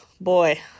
boy